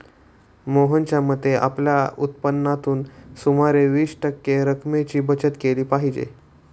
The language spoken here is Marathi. मोहनच्या मते, आपल्या उत्पन्नातून सुमारे वीस टक्के रक्कमेची बचत केली पाहिजे